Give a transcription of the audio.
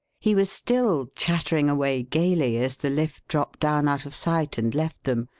he was still chattering away gayly as the lift dropped down out of sight and left them,